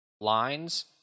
lines